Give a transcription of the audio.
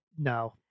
No